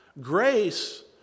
Grace